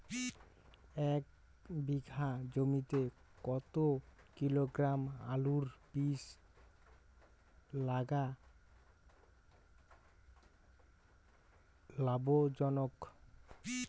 এক বিঘা জমিতে কতো কিলোগ্রাম আলুর বীজ লাগা লাভজনক?